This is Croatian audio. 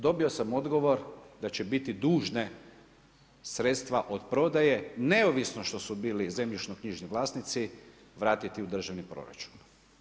Dobio sam odgovor da će biti dužne sredstva od prodaje neovisno što su bili zemljišno-knjižni vlasnici vratiti u državni proračun.